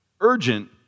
Urgent